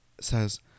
says